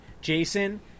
Jason